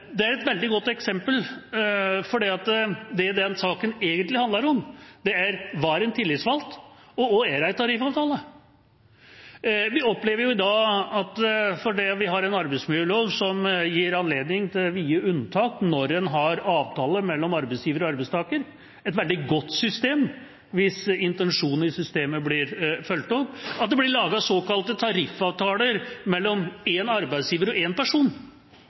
Det er et veldig godt eksempel fordi det den saken egentlig handler om, er: Hva er en tillitsvalgt? Og: Hva er en tariffavtale? Vi opplever i dag, fordi vi har en arbeidsmiljølov som gir anledning til vide unntak når en har en avtale mellom arbeidsgiver og arbeidstaker, et veldig godt system hvis intensjonen i systemet blir fulgt opp, at det blir laget såkalte tariffavtaler mellom én arbeidsgiver og én person.